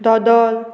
दोदल